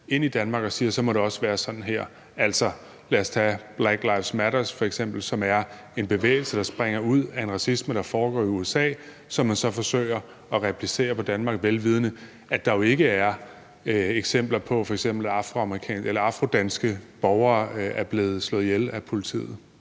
ind i Danmark og siger, at så må det også være sådan her. Altså, lad os f.eks. tage Black Lives Matter, som er en bevægelse, der springer ud af en racisme, der foregår i USA, og som man så forsøger at replicere på Danmark, vel vidende at der jo ikke er eksempler på, at f.eks. afrodanske borgere er blevet slået ihjel af politiet.